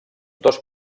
dos